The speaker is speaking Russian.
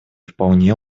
вполне